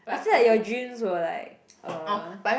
I feel like your dreams were like uh